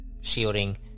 shielding